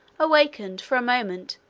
awakened, for a moment,